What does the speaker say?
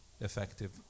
effective